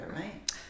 right